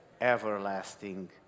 everlasting